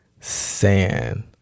Sand